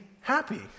happy